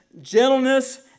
gentleness